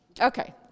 Okay